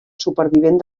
supervivent